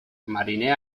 mariner